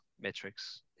metrics